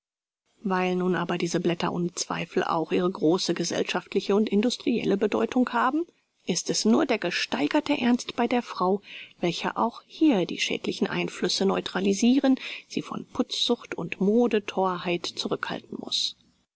weil nun aber diese blätter ohne zweifel auch ihre große geschäftliche und industrielle bedeutung haben ist es nur der gesteigerte ernst bei der frau welcher auch hier die schädlichen einflüsse neutralisiren sie von putzsucht und modethorheit zurückhalten muß